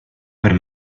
per